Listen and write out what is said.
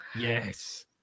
Yes